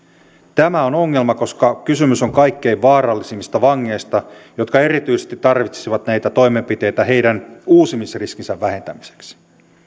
tämä on ongelma koska kysymys on kaikkein vaarallisimmista vangeista jotka erityisesti tarvitsisivat näitä toimenpiteitä heidän uusimisriskinsä vähentämiseksi